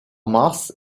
mars